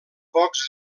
pocs